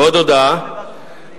ועוד הודעה,